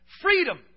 freedom